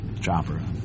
chopper